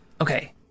Okay